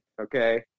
okay